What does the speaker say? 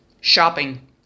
shopping